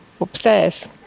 upstairs